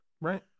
Right